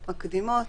מקדימות.